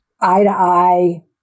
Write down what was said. eye-to-eye